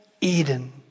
Eden